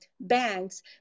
banks